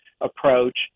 approach